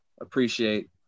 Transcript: appreciate